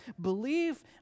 believe